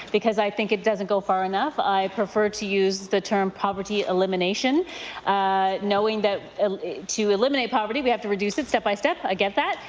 because i think it doesn't go far enough. i prefer to use the term poverty elimination knowing that to eliminate poverty, we have to reduce it step-by-step. i get that.